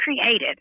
created